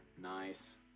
Nice